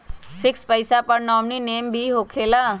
Fix पईसा पर nominee name भी होकेला?